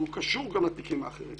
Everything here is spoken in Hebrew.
והוא קשור גם לתיקים האחרים.